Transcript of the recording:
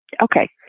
Okay